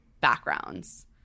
backgrounds